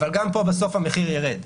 אבל גם פה בסוף המחיר ירד,